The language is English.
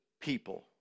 people